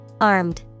Armed